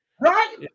right